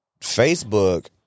Facebook